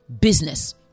Business